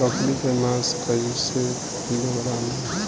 बकरी के मांस कईसे किलोग्राम बा?